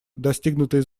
достигнутые